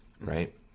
right